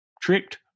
tricked